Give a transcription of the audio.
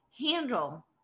handle